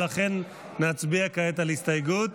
נצביע כעת על הסתייגות